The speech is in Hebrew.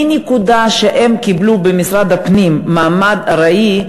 מהנקודה שהם קיבלו במשרד הפנים מעמד ארעי,